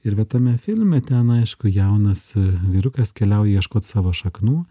ir va tame filme ten aišku jaunas vyrukas keliauja ieškot savo šaknų